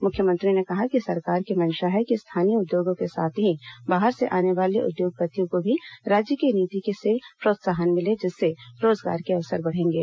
मुख्यमंत्री ने कहा कि सरकार की मंशा है कि स्थानीय उद्योगों के साथ ही बाहर से आने वाले उद्योगपतियों को भी राज्य की नीति से प्रोत्साहन मिले जिससे रोजगार के अवसर बढ़ेंगे